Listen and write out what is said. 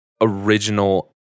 original